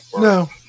No